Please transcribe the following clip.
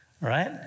right